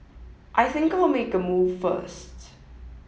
I think I'll make a move first